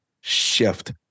shift